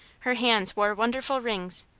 her hands wore wonderful rings.